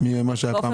ממה שהיה פעם שעברה.